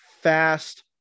fast